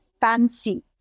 fancy